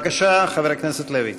בבקשה, חבר הכנסת לוי.